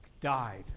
died